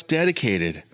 dedicated